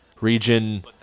region